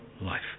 life